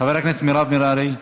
חברת הכנסת מירב בן ארי,